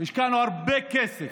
השקענו הרבה כסף